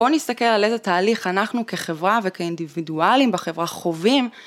בוא נסתכל על איזה תהליך אנחנו כחברה וכאינדיבידואלים בחברה חווים.